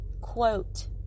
quote